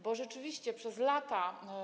Bo rzeczywiście przez lata.